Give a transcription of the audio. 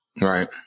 Right